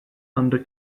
under